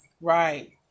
Right